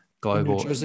global